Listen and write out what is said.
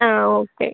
ஆ okay